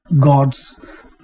gods